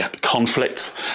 conflict